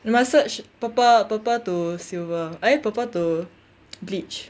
you must search purple purple to silver eh purple to bleach